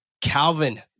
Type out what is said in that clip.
Calvin